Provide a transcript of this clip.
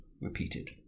repeated